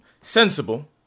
Sensible